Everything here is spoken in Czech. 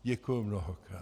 Děkuji mnohokrát.